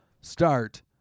start